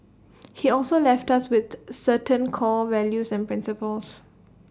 he also left us with certain core values and principles